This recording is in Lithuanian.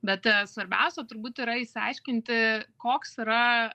bet svarbiausia turbūt yra išsiaiškinti koks yra